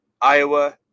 Iowa